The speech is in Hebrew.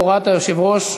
היושב-ראש,